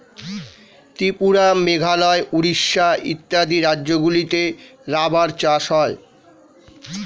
ত্রিপুরা, মেঘালয়, উড়িষ্যা ইত্যাদি রাজ্যগুলিতে রাবার চাষ হয়